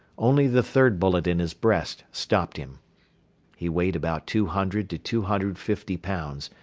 only the third bullet in his breast stopped him he weighed about two hundred to two hundred fifty pounds,